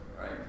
right